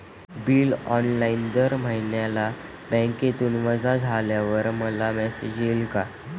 Bill online दर महिन्याला बँकेतून वजा झाल्यावर मला मेसेज येईल का?